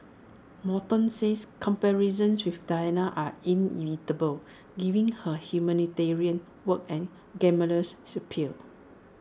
Morton says comparisons with Diana are inevitable given her humanitarian work and glamorous appeal